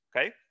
Okay